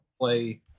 play